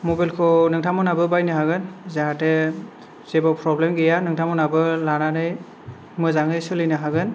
मबाइलखौ नोंथां मोनहाबो बायनो हागोन जाहाथे जेबो प्रोब्लेम गैया नोंथां मोनहाबो लानानै मोजांङै सोलिनो हागोन